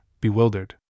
bewildered